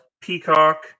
Peacock